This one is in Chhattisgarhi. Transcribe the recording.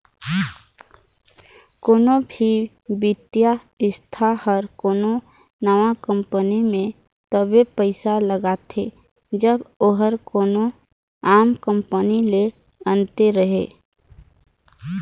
कोनो भी बित्तीय संस्था हर कोनो नावा कंपनी में तबे पइसा लगाथे जब ओहर कोनो आम कंपनी ले अन्ते रहें